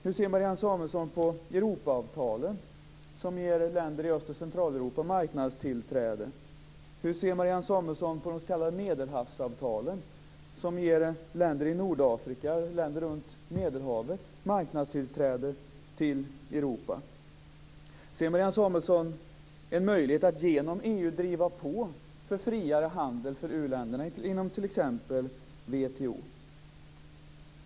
Hur ser Marianne Samuelsson på Europaavtalen som ger länder i Öst och Centraleuropa marknadstillträde? Hur ser Marianne Samuelsson på de s.k. Medelhavsavtalen som ger länder i Nordafrika och länder runt Medelhavet marknadstillträde till Europa? Ser Marianne Samuelsson en möjlighet att genom EU driva på för friare handel för u-länderna inom t.ex. WTO?